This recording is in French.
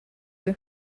eux